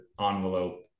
envelope